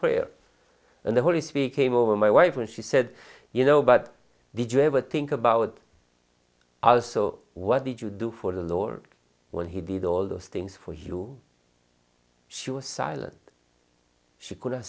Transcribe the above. prayer and the holy spirit came over my wife and she said you know but did you ever think about us so what did you do for the lord when he did all those things for you she was silent she could